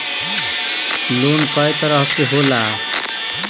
Loan कय तरह के होला?